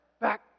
back